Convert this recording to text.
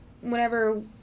whenever